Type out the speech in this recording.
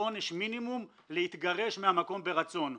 בעונש מינימום, להתגרש מהמקום ברצון.